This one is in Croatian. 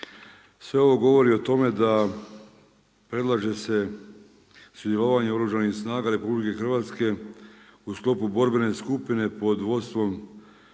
Sve ovo govori o tome da predlaže se sudjelovanje Oružanih snaga RH u sklopu borbene skupine pod vodstvom Savezne